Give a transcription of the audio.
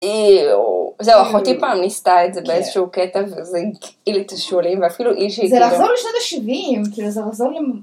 זהו אחותי פעם ניסתה את זה באיזשהו קטע וזה כאילו תשאולים ואפילו אישי, - זה לחזור לשנת ה-70 כאילו זה לחזור ל